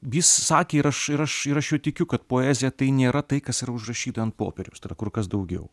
jis sakė ir aš ir aš ir aš juo tikiu kad poezija tai nėra tai kas yra užrašyta ant popieriaus tai yra kur kas daugiau